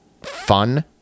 fun